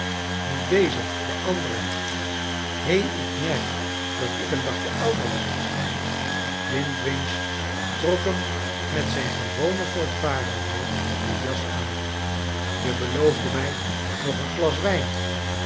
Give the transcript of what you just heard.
niet deze de andere he ik merk clat ik een dagje ouder word elintwinch trok hem met zijn gewone voortvarendheid de jas aan i je beloofde mij nog een gias wijn